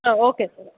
ಹಾಂ okay sir